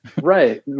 right